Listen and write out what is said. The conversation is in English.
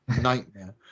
nightmare